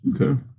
Okay